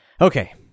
Okay